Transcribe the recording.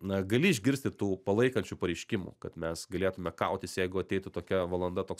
na gali išgirsti tų palaikančių pareiškimų kad mes galėtume kautis jeigu ateitų tokia valanda toks